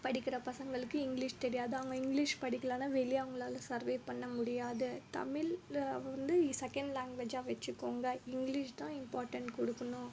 படிக்கிற பசங்களுக்கு இங்கிலிஷ் தெரியாது அவங்க இங்கிலிஷ் படிக்கலைனா வெளியே அவங்களால் சர்வைவ் பண்ண முடியாது தமிழில் வந்து செகண்ட் லாங்வேஜ்ஜாக வெச்சுக்கோங்க இங்கிலிஷ் தான் இம்பார்டென்ட் கொடுக்கணும்